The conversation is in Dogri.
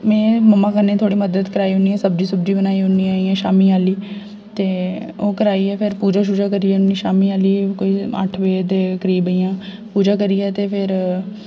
में मम्मां कन्नै थोह्ड़ी मदद कराई ओड़नी आं सब्जी सुब्जी बनाई ओड़नी आं इ'यां शामी आह्ली ते ओह् कराइयै फिर पूजा शूजा करी ओड़नी आं शामी आह्ली कोई अट्ठ बजे दे करीब इ'यां पूजा करियै ते फिर